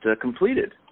completed